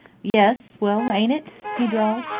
yes. well, ain't it? he drawled.